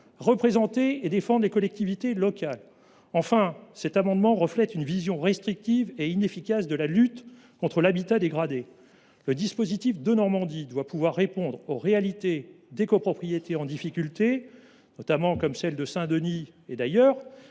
représenter et défendre les collectivités locales. Enfin, dans cet amendement transparaît une vision restrictive et inefficace de la lutte contre l’habitat dégradé. Le dispositif Denormandie doit permettre de répondre aux réalités des copropriétés en difficulté, à Saint Denis et ailleurs.